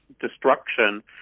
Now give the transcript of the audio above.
destruction